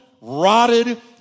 rotted